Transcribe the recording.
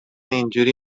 اینجوری